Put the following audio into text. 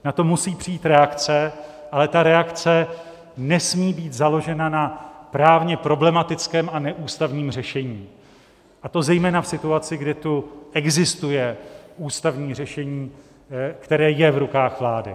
Na to musí přijít reakce, ale ta reakce nesmí být založena na právně problematickém a neústavním řešení, a to zejména v situaci, kdy tu existuje ústavní řešení, které je v rukou vlády.